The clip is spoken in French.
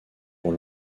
vont